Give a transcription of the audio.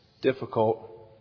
difficult